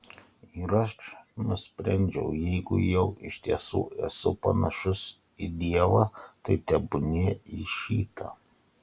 ir aš nusprendžiau jeigu jau iš tiesų esu panašus į dievą tai tebūnie į šitą